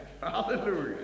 hallelujah